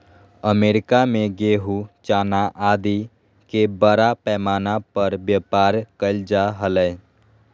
America में गेहूँ, चना आदि के बड़ा पैमाना पर व्यापार कइल जा हलय